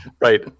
Right